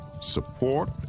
support